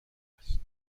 است